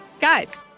guys